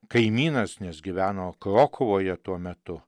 kaimynas nes gyveno krokuvoje tuo metu